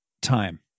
time